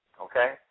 Okay